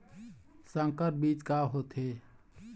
संकर बीज का होथे?